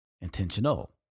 intentional